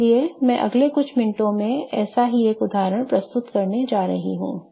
इसलिए मैं अगले कुछ मिनटों में ऐसा ही एक उदाहरण प्रस्तुत करने जा रहा हूं